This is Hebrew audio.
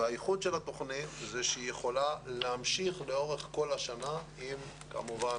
והייחוד של התוכנית זה שהיא יכולה להמשיך לאורך כל השנה עם כמובן